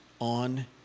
on